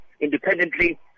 independently